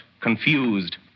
confused